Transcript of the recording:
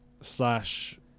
slash